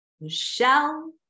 Michelle